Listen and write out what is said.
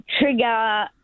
trigger